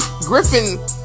Griffin